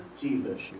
Jesus